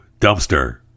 Dumpster